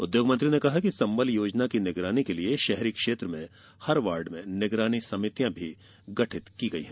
उद्योग मंत्री ने कहा कि संबल योजना की निगरानी के लिये शहरी क्षेत्र में हर वार्ड में निगरानी समितियां गठित की गई हैं